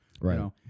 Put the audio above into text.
Right